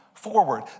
forward